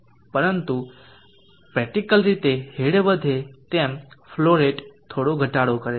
પરંતુ પ્રેક્ટીકલ રીતે હેડ વધે તેમ ફલો રેટ થોડો ઘટાડો કરે છે